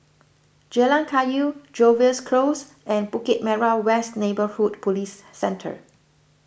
Jalan Kayu Jervois Close and Bukit Merah West Neighbourhood Police Centre